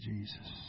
Jesus